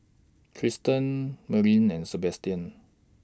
Tristan Merilyn and Sebastian